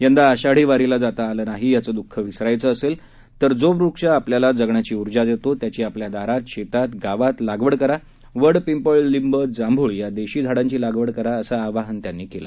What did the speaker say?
यंदा आषाढी वारीला जाता आलं नाही याचं दूख विसरायचं असेल तर जो वृक्ष आपल्याला जगण्याची उर्जा देतो त्याची आपल्या दारात शेतात गावात लागवड करा वड पिंपळ लिंब जांभूळ या देशी झाडांची लागवड करा असं ते म्हणाले